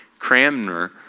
Cramner